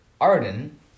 Arden